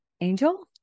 Angel